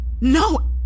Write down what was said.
No